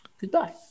goodbye